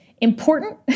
important